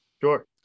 Sure